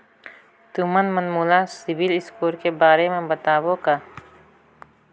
तुमन मन मोला सीबिल स्कोर के बारे म बताबो का?